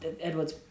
Edward's